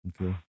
Okay